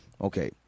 Okay